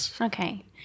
Okay